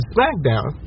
Smackdown